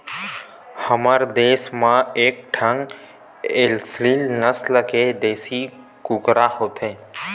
हमर देस म एकठन एसील नसल के देसी कुकरा होथे